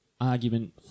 argument